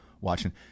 watching